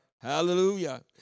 Hallelujah